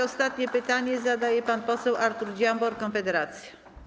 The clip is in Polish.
Ostatnie pytanie zadaje pan poseł Artur Dziambor, Konfederacja.